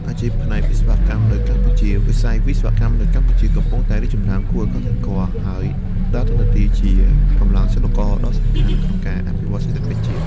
អាជីពផ្នែកវិស្វកម្មនៅកម្ពុជាវិស័យ វិស្វកម្មនៅកម្ពុជា កំពុងតែ រីកចម្រើនគួរឱ្យកត់សម្គាល់ ហើយដើរតួនាទីជា កម្លាំងចលករដ៏សំខាន់ ក្នុងការអភិវឌ្ឍន៍សេដ្ឋកិច្ចជាតិ។